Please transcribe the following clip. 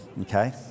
okay